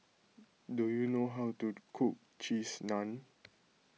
do you know how to cook Cheese Naan